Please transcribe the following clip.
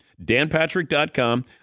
danpatrick.com